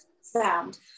sound